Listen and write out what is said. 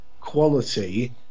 quality